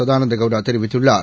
சதானந்தகௌடாதெரிவித்துள்ளார்